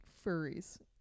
Furries